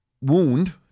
wound